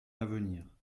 d’avenir